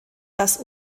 das